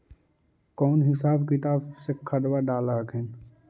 कौन हिसाब किताब से खदबा डाल हखिन?